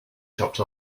chopped